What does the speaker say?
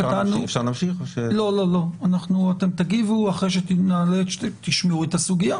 חשוב לנו לשמוע את הדוברים,